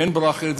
ואין ברירה אחרת,